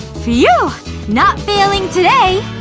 phew! not failing today!